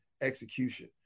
execution